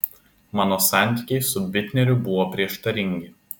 mano santykiai su bitneriu buvo prieštaringi